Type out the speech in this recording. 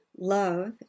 Love